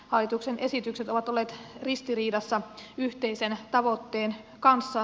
hallituksen esitykset ovat olleet ristiriidassa yhteisen tavoitteen kanssa